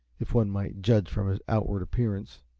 if one might judge from his outward appearance.